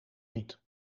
niet